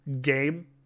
game